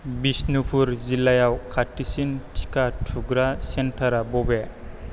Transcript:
बिष्णुपुर जिल्लायाव खाथिसिन टिका थुग्रा सेन्टारा बबे